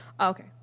Okay